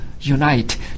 unite